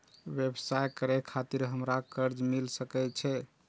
व्यवसाय करे खातिर हमरा कर्जा मिल सके छे?